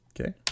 Okay